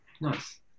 Nice